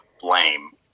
blame